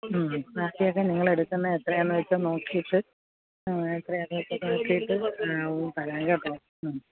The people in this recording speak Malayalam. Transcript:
ഉം ബാക്കിയൊക്കെ നിങ്ങളെടുക്കുന്നേ എത്രയാണെന്നുവച്ചാല് നോക്കിയിട്ട് എത്രയാണെന്നു നോക്കിയിട്ട് തരാം കേട്ടോ ഉം